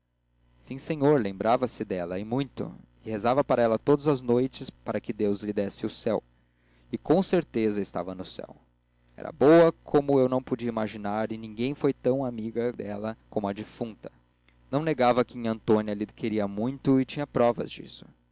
sim senhor lembrava-se dela e muito e rezava por ela todas as noites para que deus lhe desse o céu e com certeza estava no céu era boa como eu não podia imaginar e ninguém foi nunca tão amiga dela como a defunta não negava que nhãtônia lhe queria muito e tinha provas disso